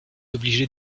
obligé